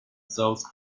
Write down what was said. south